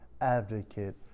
advocate